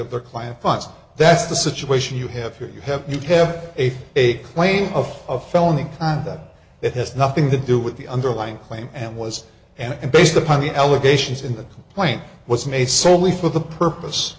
of their client funds and that's the situation you have here you have you have a a claim of a felony and that it has nothing to do with the underlying claim and was and based upon the allegations in the complaint was made solely for the purpose